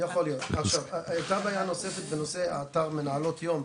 יכול להיות, בעיה נוספת בנושא אתר מנהלות יום,